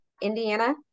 Indiana